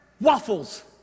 waffles